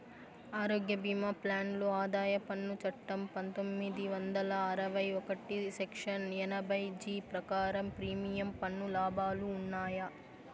ఆరోగ్య భీమా ప్లాన్ లో ఆదాయ పన్ను చట్టం పందొమ్మిది వందల అరవై ఒకటి సెక్షన్ ఎనభై జీ ప్రకారం ప్రీమియం పన్ను లాభాలు ఉన్నాయా?